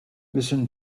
listen